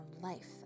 life